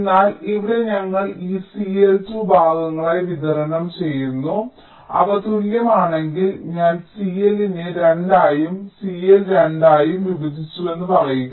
എന്നാൽ ഇവിടെ ഞങ്ങൾ ഈ CL 2 ഭാഗങ്ങളായി വിതരണം ചെയ്തു അവ തുല്യമാണെങ്കിൽ ഞാൻ CL നെ 2 ആയും CL 2 ആയും വിഭജിച്ചുവെന്ന് പറയുക